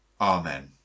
Amen